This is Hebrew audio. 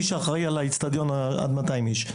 מי שאחראי על האצטדיון עד 200 איש,